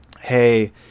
hey